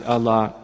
Allah